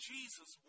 Jesus